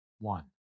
One